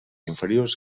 inferiors